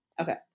Okay